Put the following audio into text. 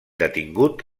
detingut